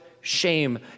shame